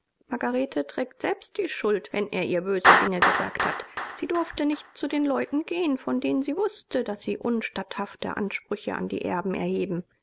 margarete trägt selbst die schuld wenn er ihr böse dinge gesagt hat sie durfte nicht zu den leuten gehen von denen sie wußte daß sie unstatthafte ansprüche an die erben erheben